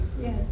Yes